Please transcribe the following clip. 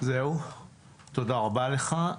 תודה רבה לך.